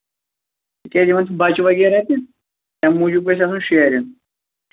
تِکیٛازِ یِمن چھِ بَچہٕ وغیٚرہ تہِ اَمہِ موٗجوٗب گژھِ آسُن شیٚرِنٛگ